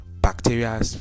bacteria